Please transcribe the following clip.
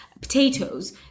potatoes